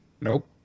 Nope